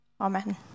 Amen